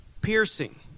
piercing